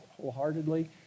wholeheartedly